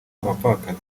abapfakazi